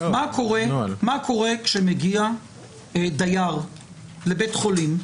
מה קורה כשמגיע דייר לבית חולים,